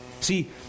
See